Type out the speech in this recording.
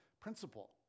principle